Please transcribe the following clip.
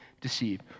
deceived